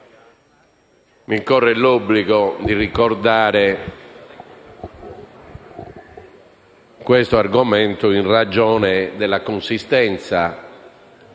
mi corre l'obbligo di ricordare questo argomento in ragione della consistenza